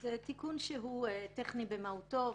זה תיקון שהוא טכני במהותו.